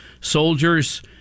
soldiers